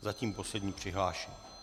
Zatím poslední přihlášený.